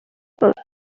people